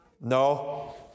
no